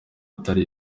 atari